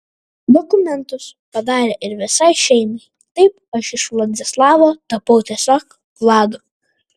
dokumentus padarė ir visai šeimai taip aš iš vladislavo tapau tiesiog vladu